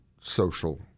social